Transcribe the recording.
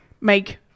make